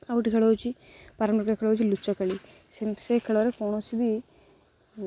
ଆଉ ଗୋଟେ ଖେଳ ହେଉଛି ପାରମ୍ପରିକ ଖେଳ ହେଉଛି ଲୁଚକାଳି ସେ ସେ ଖେଳରେ କୌଣସି ବି